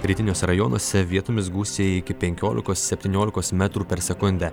rytiniuose rajonuose vietomis gūsiai iki penkiolikos septyniolikos metrų per sekundę